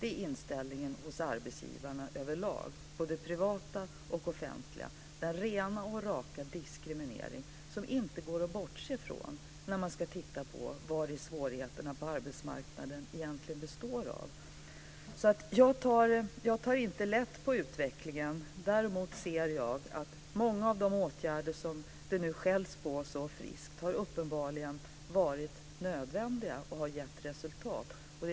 Det är inställningen hos arbetsgivarna överlag, både privata och offentliga - den rena och raka diskriminering som inte går att bortse från när man ska titta på vari svårigheterna på arbetsmarknaden egentligen består. Jag tar inte lätt på utvecklingen. Däremot ser jag att många av de åtgärder som det nu skälls på så friskt uppenbarligen har varit nödvändiga och gett resultat.